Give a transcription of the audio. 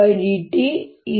B 120E2dV